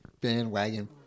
bandwagon